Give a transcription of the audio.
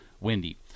windy